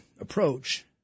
approach